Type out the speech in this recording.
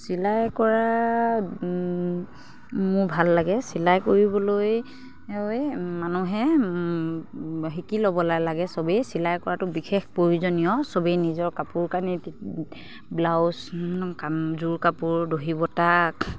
চিলাই কৰা মোৰ ভাল লাগে চিলাই কৰিবলৈ মানুহে শিকি ল'বলৈ লাগে চবেই চিলাই কৰাটো বিশেষ প্ৰয়োজনীয় চবেই নিজৰ কাপোৰ কানি ব্লাউজ যোৰ কাপোৰ দহি বটা